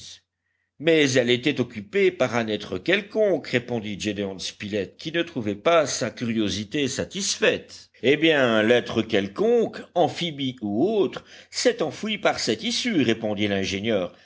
mais elle était occupée par un être quelconque répondit gédéon spilett qui ne trouvait pas sa curiosité satisfaite eh bien l'être quelconque amphibie ou autre s'est enfui par cette issue répondit l'ingénieur